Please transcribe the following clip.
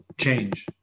change